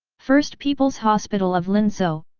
first people's hospital of linzhou,